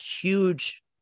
huge